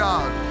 God